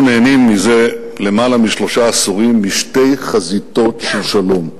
אנחנו נהנים זה למעלה משלושה עשורים משתי חזיתות של שלום.